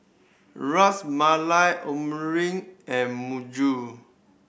Ras Malai and